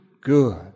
good